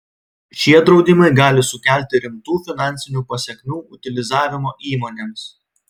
šie draudimai gali sukelti rimtų finansinių pasekmių utilizavimo įmonėms